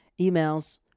emails